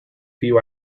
few